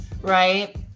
Right